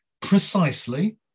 precisely